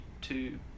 two